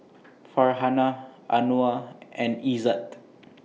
Farhanah Anuar and Izzat